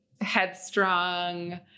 headstrong